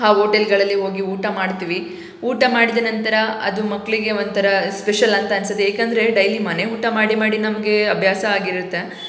ಆ ಓಟೆಲ್ಗಳಲ್ಲಿ ಹೋಗಿ ಊಟ ಮಾಡ್ತೀವಿ ಊಟ ಮಾಡಿದ ನಂತರ ಅದು ಮಕ್ಕಳಿಗೆ ಒಂಥರ ಸ್ಪೆಷಲ್ ಅಂತ ಅನ್ಸುತ್ತೆ ಏಕಂದರೆ ಡೈಲಿ ಮನೆ ಊಟ ಮಾಡಿ ಮಾಡಿ ನಮಗೆ ಅಭ್ಯಾಸ ಆಗಿರುತ್ತೆ